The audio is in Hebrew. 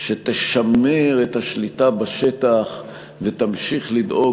שתשמר את השליטה בשטח ותמשיך לדאוג